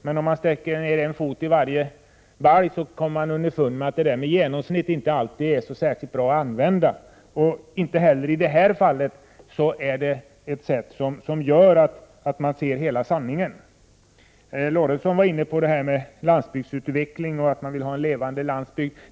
Men om man stoppar ner en fot i varje balja, blir man varse att det inte alltid är så bra att använda sig av genomsnittsbedömning. Inte heller i det här fallet visar en sådan bedömning hela sanningen. Sven Eric Lorentzon talade om landbygdsutveckling och värdet av en levande landsbygd.